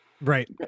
right